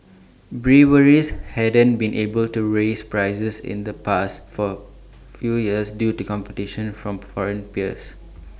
breweries hadn't been able to raise prices in the past for few years due to competition from foreign peers